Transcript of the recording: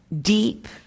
deep